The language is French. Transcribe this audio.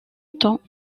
temps